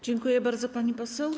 Dziękuję bardzo, pani poseł.